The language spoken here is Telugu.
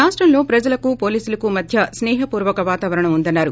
రాష్టంలో ప్రజలకు వోలీసులకు మధ్య స్సేహపూర్వక వాతావరణం ఉందన్నారు